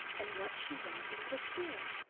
and what she wanted would appear.